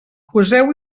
poseu